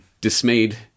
dismayed